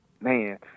Man